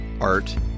art